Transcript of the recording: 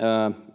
Mäenpää: